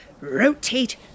rotate